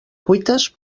cuites